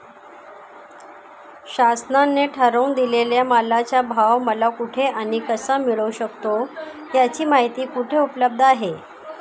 शासनाने ठरवून दिलेल्या मालाचा भाव मला कुठे आणि कसा मिळू शकतो? याची माहिती कुठे उपलब्ध आहे?